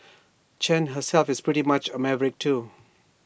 Chen herself is pretty much A maverick too